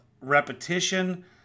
repetition